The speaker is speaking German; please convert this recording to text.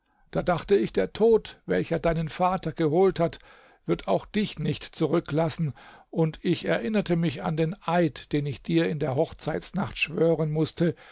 da dachte ich der tod welcher deinen vater geholt hat wird auch dich nicht zurücklassen und ich erinnerte mich an den eid den ich dir in der hochzeitsnacht schwören mußte